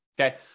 Okay